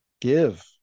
give